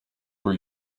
were